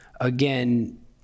Again